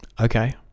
okay